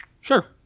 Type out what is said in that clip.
Sure